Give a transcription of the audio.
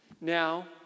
Now